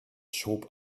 schob